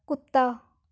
ਕੁੱਤਾ